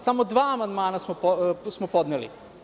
Samo dva amandmana smo podneli.